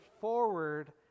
forward